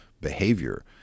behavior